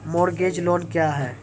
Mortgage loan क्या है?